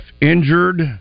injured